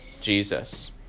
Jesus